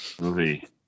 movie